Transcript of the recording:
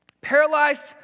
Paralyzed